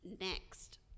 Next